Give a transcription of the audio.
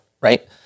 Right